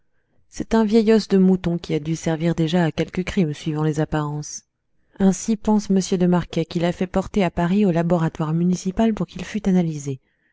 c'est un vieil os de mouton qui a dû servir déjà à quelques crimes suivant les apparences ainsi pense m de marquet qui l'a fait porter à paris au laboratoire municipal pour qu'il fût analysé